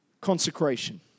consecration